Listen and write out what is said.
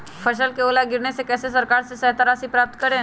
फसल का ओला गिरने से कैसे सरकार से सहायता राशि प्राप्त करें?